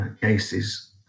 cases